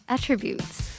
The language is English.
Attributes